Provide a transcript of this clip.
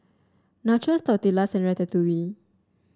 Nachos Tortillas and Ratatouille